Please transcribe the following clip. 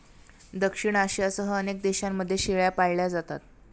दक्षिण आशियासह अनेक देशांमध्ये शेळ्या पाळल्या जातात